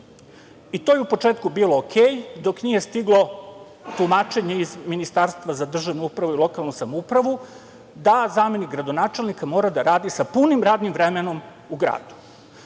I to je u početku bilo dobro, dok nije stiglo tumačenje iz Ministarstva za državnu upravu i lokalnu samoupravu da zamenik gradonačelnika mora da radi sa punim radnim vremenom u gradu.